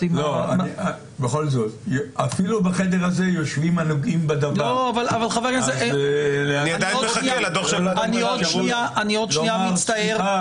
בחדר הזה יושבים הנוגעים בדבר אז ניתן להם את האפשרות לומר: סליחה,